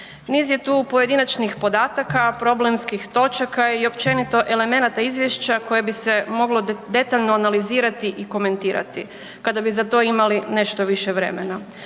Niz je tu pojedinačnih podataka, problemskih točaka i općenito elemenata izvješća koje bi se moglo detaljno analizirati i komentirati kada bi za to imali nešto više vremena.